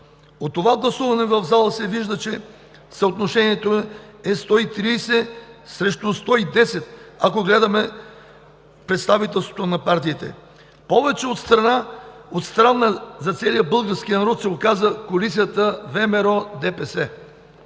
От гласуването в залата се вижда, че съотношението е 130 срещу 110, ако гледаме представителството на партиите. Повече от странна за целия български народ се оказа коалицията ВМРО – ДПС.